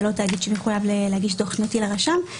לא תאגיד שמחויב להגיש דוח שנתי לרשם,